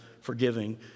forgiving